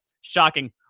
Shocking